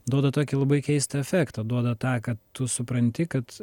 duoda tokį labai keistą efektą duoda tą kad tu supranti kad